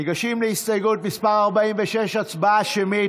ניגשים להסתייגות מס' 46. הצבעה שמית.